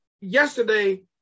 yesterday